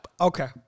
Okay